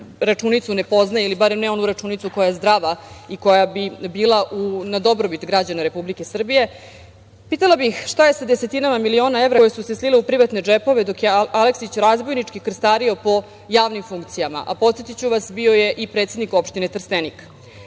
računicu ne poznaje ili barem ne onu računicu koja je zdrava i koja bi bila na dobrobit građana Republike Srbije, pitala bih – šta je sa desetinama milina evra koje su se slile u privatne džepove dok je Aleksić razbojnički krstario po javnim funkcijama, a podsetiću vas, bio je i predsednik opštine Trstenik? Šta